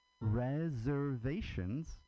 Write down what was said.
Reservations